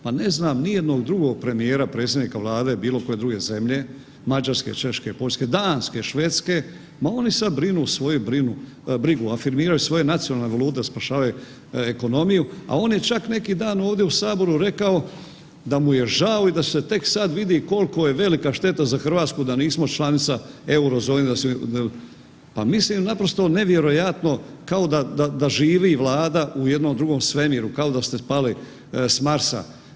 Pa ne znam nijednog drugog premijera, predsjednika vlade bilo koje druge zemlje Mađarske, Češke, Poljske, Danske, Švedske ma oni sada brinu svoju brigu, afirmiraju svoje nacionalne valute spašavaju ekonomiju, a on je čak neki dan ovdje u Saboru rekao da mu je žao i da se tek sad vidi koliko je velika šteta za Hrvatsku da nismo članica eurozone, pa mislim naprosto nevjerojatno kao da živi Vlada u jednom drugom svemiru, kao da ste pali s Marsa.